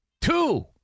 Two